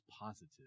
positive